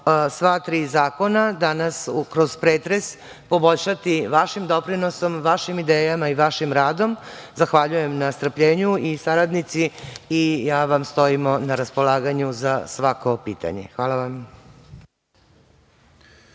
sva tri zakona danas kroz pretres poboljšati vašim doprinosom, vašim idejama i vašim radom, zahvaljujem na strpljenju i saradnici i ja vam stojimo na raspolaganju za svako pitanje. Hvala vam.